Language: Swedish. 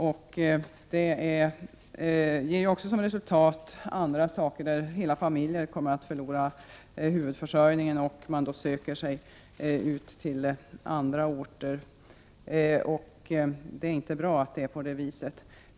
Detta ger bl.a. som resultat att hela familjer kommer att förlora huvudförsörjningen och man söker sig till andra orter. Det är inte bra att det är så.